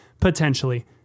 Potentially